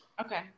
Okay